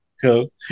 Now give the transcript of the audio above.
cool